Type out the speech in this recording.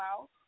out